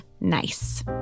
Nice